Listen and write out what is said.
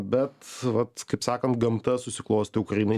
bet vat kaip sakant gamta susiklostė ukrainai